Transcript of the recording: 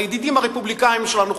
הידידים הרפובליקנים שלנו חוזרים,